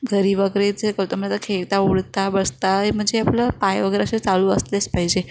घरी वगैरे जे करतो म्हणजे खेळता उठता बसता म्हणजे आपलं पाय वगैरे असे चालू असलेच पाहिजे